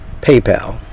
PayPal